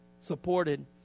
supported